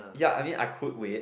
yup I mean I could wait